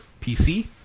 PC